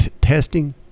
testing